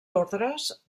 ordres